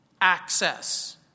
access